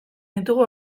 ditugu